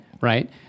Right